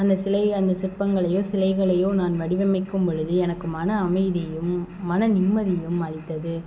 அந்த சிலை அந்த சிற்பங்களையோ சிலைகளையோ நான் வடிவமைக்கும் பொழுது எனக்கு மன அமைதியும் மன நிம்மதியும் அளித்தது